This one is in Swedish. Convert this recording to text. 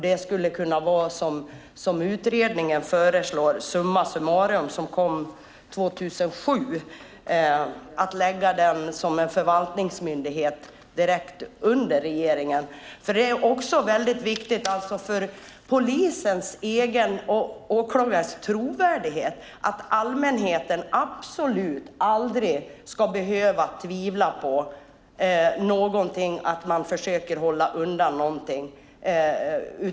Det skulle kunna vara som utredningen Summa summarum som kom 2007 föreslår, att man lägger den som en förvaltningsmyndighet direkt under regeringen. Det är ju också väldigt viktigt för polis och åklagares trovärdighet att allmänheten absolut aldrig ska behöva tvivla på någonting och tro att man försöker hålla undan någonting.